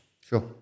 Sure